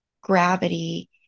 gravity